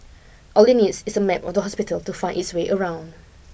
all it needs is a map of the hospital to find its way around